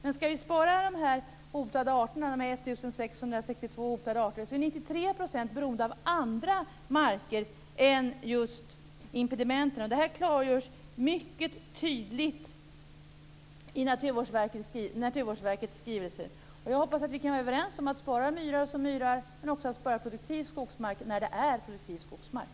Men om vi skall spara de 1 662 hotade arterna måste vi ha klart för oss att 93 % av dem är beroende av andra marker än just impedimenten. Detta klargörs mycket tydligt i Naturvårdsverkets skrivelse. Jag hoppas att vi kan vara överens om att spara myrar som myrar liksom om att spara produktiv skogsmark när det verkligen är fråga om produktiv skogsmark.